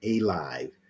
alive